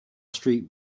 street